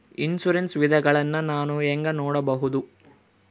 Insurance ವಿಧಗಳನ್ನ ನಾನು ಹೆಂಗ ನೋಡಬಹುದು?